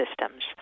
systems